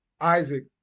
Isaac